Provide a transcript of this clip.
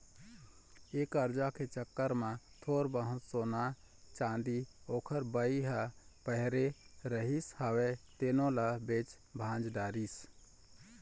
ये करजा के चक्कर म थोर बहुत सोना, चाँदी ओखर बाई ह पहिरे रिहिस हवय तेनो ल बेच भांज डरिस